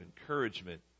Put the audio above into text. encouragement